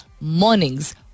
mornings